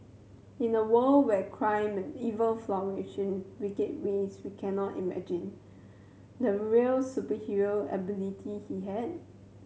in a world where crime and evil flourished wicked ways we cannot imagine the real superhero ability he had